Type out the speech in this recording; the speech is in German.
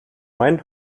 meinen